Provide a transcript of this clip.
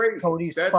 Cody's